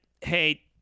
hey